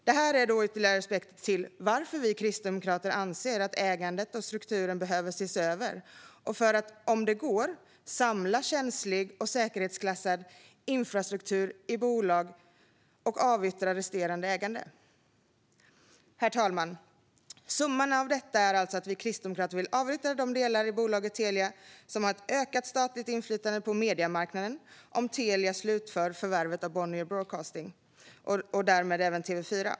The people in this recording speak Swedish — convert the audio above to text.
Det här är ytterligare aspekter på varför vi kristdemokrater anser att ägandet och strukturen behöver ses över och för att - om det går - samla känslig och säkerhetsklassad infrastruktur i bolag och avyttra resterande ägande. Herr talman! Summan av detta är alltså att vi kristdemokrater vill avyttra de delar i bolaget Telia som har ett ökat statligt inflytande på mediemarknaden om Telia slutför förvärvet av Bonnier Broadcasting och därmed även TV4.